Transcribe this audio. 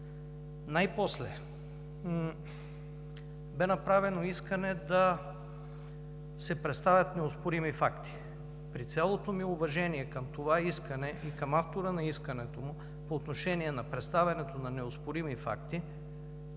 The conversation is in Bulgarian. Най-после бе направено искане да се представят неоспорими факти. При цялото ми уважение към това искане и към автора му по отношение на представянето на неоспорими факти,